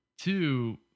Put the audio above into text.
Two